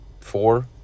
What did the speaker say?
four